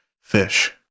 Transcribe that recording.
fish